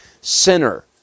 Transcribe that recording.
sinner